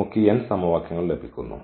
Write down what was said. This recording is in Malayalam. നമുക്ക് ഈ n സമവാക്യങ്ങൾ ലഭിക്കുന്നു